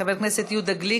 חבר הכנסת יהודה גליק,